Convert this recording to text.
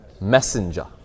Messenger